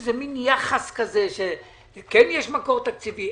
השאלה אם כן יש מקור תקציבי,